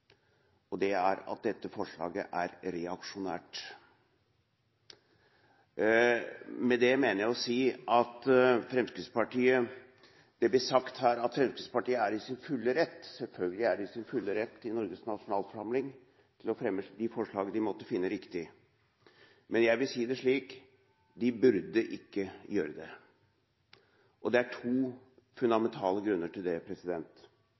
og det er at dette forslaget er reaksjonært. Det blir sagt her at Fremskrittspartiet er i sin fulle rett – selvfølgelig er de i sin fulle rett – til i Norges nasjonalforsamling å fremme de forslag de måtte finne riktige. Men jeg vil si det slik: De burde ikke gjøre det, og det er to fundamentale grunner til det.